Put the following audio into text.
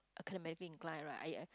academically incline right I